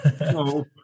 No